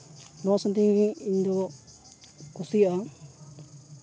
ᱱᱚᱣᱟ ᱥᱟᱶ ᱛᱮᱜᱮ ᱤᱧᱫᱚ ᱠᱩᱥᱤᱭᱟᱜᱼᱟ